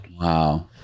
Wow